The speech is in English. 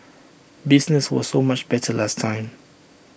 business was so much better last time